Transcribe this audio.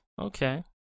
Okay